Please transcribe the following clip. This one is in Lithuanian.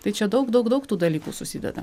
tai čia daug daug daug tų dalykų susideda